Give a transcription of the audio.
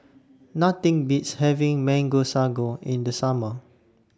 Nothing Beats having Mango Sago in The Summer